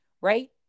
right